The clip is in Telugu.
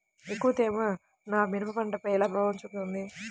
ఎక్కువ తేమ నా మిరప పంటపై ఎలా ప్రభావం చూపుతుంది?